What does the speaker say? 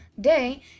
day